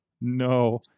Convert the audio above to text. no